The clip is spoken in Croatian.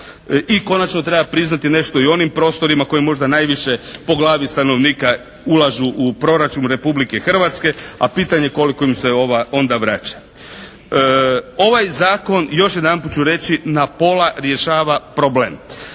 I konačno treba priznati nešto i onim prostorima koji možda najviše po glavi stanovnika ulažu u proračun Republike Hrvatske, a pitanje je koliko im se ova onda vraća. Ovaj zakon još jedanput ću reći na pola rješava problem.